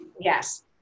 Yes